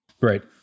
right